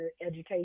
education